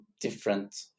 different